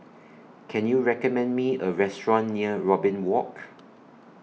Can YOU recommend Me A Restaurant near Robin Walk